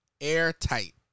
airtight